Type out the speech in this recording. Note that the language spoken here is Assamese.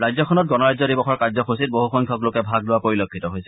ৰাজ্যখনত গণৰাজ্য দিৱসৰ কাৰ্যসূচীত বহুসংখ্যক লোকে ভাগ লোৱা পৰিলক্ষিত হৈছে